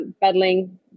battling